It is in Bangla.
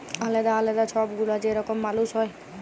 আলেদা আলেদা ছব গুলা যে রকম মালুস হ্যয়